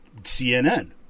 CNN